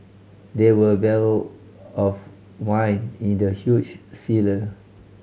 there were barrel of wine in the huge cellar